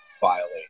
violate